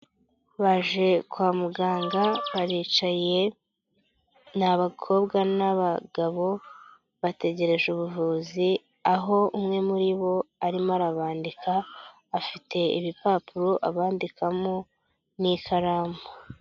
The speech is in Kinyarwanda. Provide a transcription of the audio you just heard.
Baje kwa muganga baricaye ni abakobwa n'abagabo bategereje ubuvuzi aho umwe muri bo arimo arabandika afite ibipapuro abandikamo n'ikaramu.